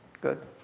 good